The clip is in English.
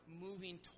moving